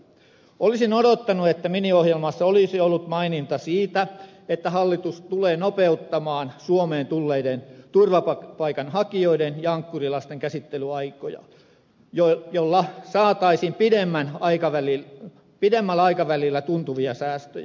olisin odottanut että miniohjelmassa olisi ollut maininta siitä että hallitus tulee nopeuttamaan suomeen tulleiden turvapaikanhakijoiden ja ankkurilasten hakemusten käsittelyaikoja millä saataisiin pidemmällä aikavälillä tuntuvia säästöjä